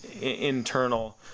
internal